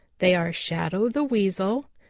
they are shadow the weasel,